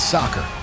Soccer